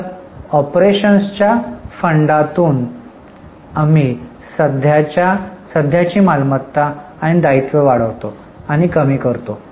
तर ऑपरेशन्सच्या फंडा तून आम्ही सध्याची मालमत्ता आणि दायित्वे वाढवितो आणि कमी करतो